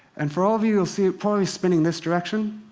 and for all of you, you'll see it probably spinning this direction.